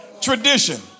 tradition